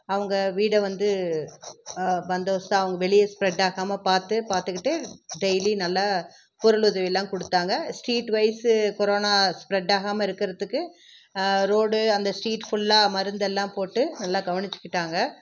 அவங்க வீடை வந்து பந்தாேபஸ்தாக அவங்க வெளியே ஸ்பிரெட் ஆகாமல் பார்த்து பார்த்துகிட்டு டெய்லியும் நல்லா பொருள் உதவி எல்லாம் கொடுத்தாங்க ஸ்ட்ரீட்வைஸு கொரானா ஸ்ப்ரெட் ஆகாமல் இருக்கிறதுக்கு ரோடு அந்த ஸ்ட்ரீட் ஃபுல்லாக மருந்து எல்லாம் போட்டு நல்லா கவனிச்சுக்கிட்டாங்க